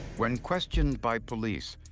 when questioned by police,